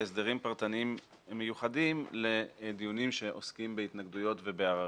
והסדרים פרטניים מיוחדים לדיונים שעוסקים בהתנגדויות ובעררים.